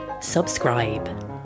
subscribe